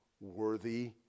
worthy